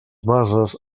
bases